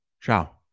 ciao